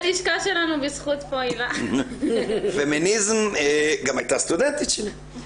בלשכה שלנו בזכות --- היא גם הייתה סטודנטית שלי.